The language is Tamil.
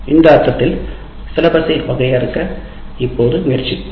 இந்த அர்த்தத்தில் சிலபஸை வரையறுக்க இப்போது முயற்சிப்போம்